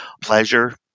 pleasure